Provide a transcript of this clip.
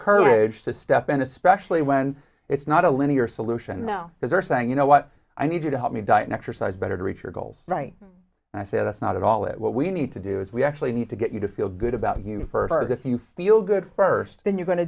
edge to step in especially when it's not a linear solution though because they're saying you know what i need you to help me diet exercise better to reach your goals right and i said that's not at all what we need to do is we actually need to get you to feel good about you further as if you feel good first then you're going to